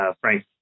Frank